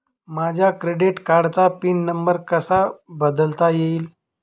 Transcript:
माझ्या क्रेडिट कार्डचा pin number कसा बदलता येईल?